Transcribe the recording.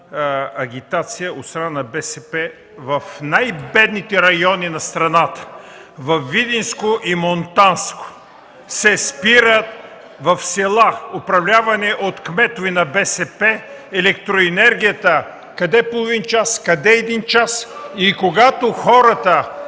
агитация от страна на БСП в най-бедните райони на страната – във Видинско и Монтанско. В села, управлявани от кметове на БСП, се спира електроенергията – къде половин час, къде един час. И когато хората